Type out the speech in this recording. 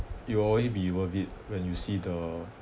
it will only be worth it when you see the